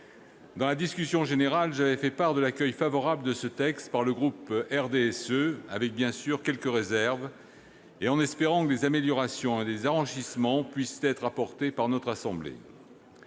dans la discussion générale, j'avais fait part de l'accueil favorable de ce texte par le groupe du RDSE, avec, bien sûr, quelques réserves, et en espérant que des améliorations et des enrichissements puissent être apportés par notre assemblée.